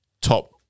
top